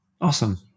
Awesome